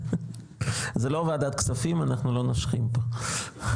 זה לא ועדת כספים אנחנו לא נושכים פה.